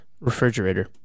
refrigerator